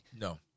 no